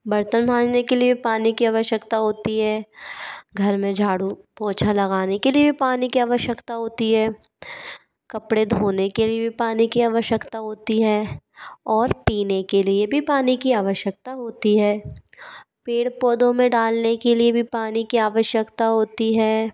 बर्तन मांजने के लिए वी पानी की आवश्यकता होती है घर में झाड़ू पोछा लगाने के लिए वी पानी की आवश्यकता होती है कपड़े धोने के लिए भी पानी की आवशक्ता होती है और पीने के लिए भी पानी की आवश्यकता होती है पेड़ पौधों में डालने के लिए भी पानी की आवश्यकता होती है